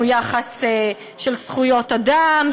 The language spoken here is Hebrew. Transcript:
יחס של זכויות אדם,